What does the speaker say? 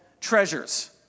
treasures